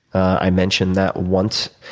i mentioned that once,